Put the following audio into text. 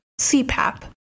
CPAP